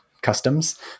customs